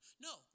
no